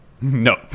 No